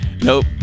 nope